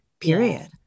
period